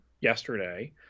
yesterday